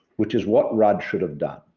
which is what rudd should have done,